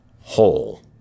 whole